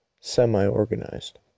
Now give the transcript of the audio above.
semi-organized